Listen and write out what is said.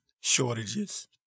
shortages